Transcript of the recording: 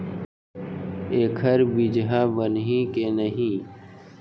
एखर बीजहा बनही के नहीं?